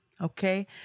Okay